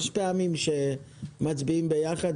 יש פעמים שמצביעים ביחד,